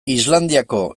islandiako